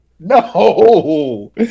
no